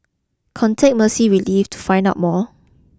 contact Mercy Relief to find out more